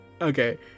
Okay